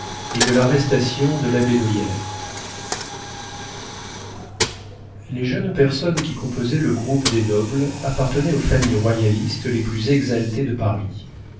et de l'arrestation de labédoyère les jeunes personnes qui composaient le groupe des nobles appartenaient aux familles royalistes les plus exaltées de paris